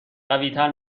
قویتر